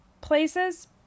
places